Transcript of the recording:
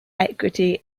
equity